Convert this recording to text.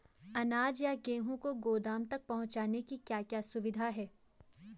अनाज या गेहूँ को गोदाम तक पहुंचाने की क्या क्या सुविधा है?